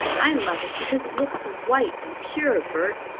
i love it because it looks so white and pure, bert.